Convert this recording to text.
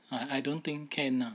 I I don't think can lah